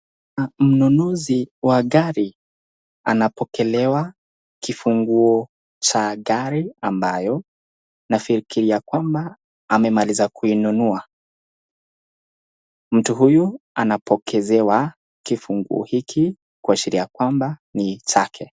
Mnunuzi wagari anapokelewa kifunguo cha gari, ambayo nafikiria kwamba amemaliza kuinunua, mtu huyu anapokezewa, kifunguo hiki kuashiria kwamba ni chake.